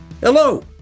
Hello